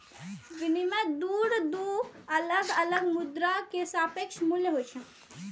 विनिमय दर दू अलग अलग मुद्रा के सापेक्ष मूल्य होइ छै